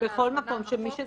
בכל מקום למי שזכאי.